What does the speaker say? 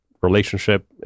relationship